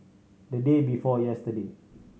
the day before yesterday